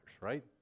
right